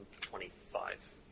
Twenty-five